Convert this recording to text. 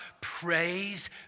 Praise